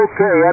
Okay